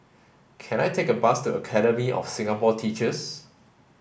can I take a bus to Academy of Singapore Teachers